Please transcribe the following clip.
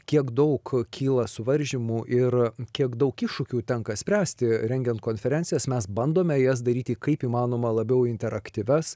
kiek daug kyla suvaržymų ir kiek daug iššūkių tenka spręsti rengiant konferencijas mes bandome jas daryti kaip įmanoma labiau interaktyvias